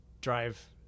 drive